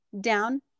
down